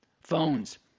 Phones